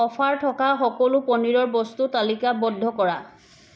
offer থকা সকলো পনীৰৰ বস্তু তালিকাবদ্ধ কৰা